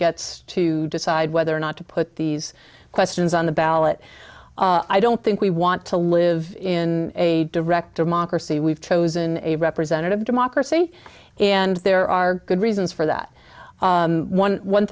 gets to decide whether or not to put these questions on the ballot i don't think we want to live in a direct democracy we've chosen a representative democracy and there are good reasons for that one one